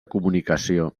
comunicació